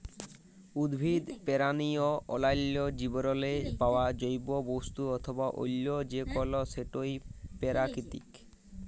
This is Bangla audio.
উদ্ভিদ, পেরানি অ অল্যাল্য জীবেরলে পাউয়া জৈব বস্তু অথবা অল্য যে কল সেটই পেরাকিতিক